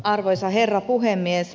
arvoisa herra puhemies